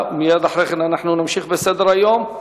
מייד אחרי כן אנחנו נמשיך בסדר-היום.